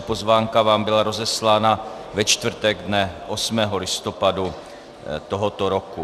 Pozvánka vám byla rozeslána ve čtvrtek dne 8. listopadu tohoto roku.